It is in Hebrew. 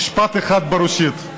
משפט אחד ברוסית.